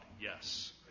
Yes